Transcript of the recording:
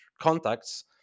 contacts